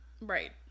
Right